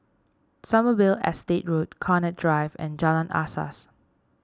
Sommerville Estate Road Connaught Drive and Jalan Asas